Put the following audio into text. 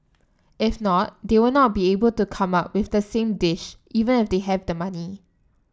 if not they will not be able to come up with the same dish even if they have the money